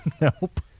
Nope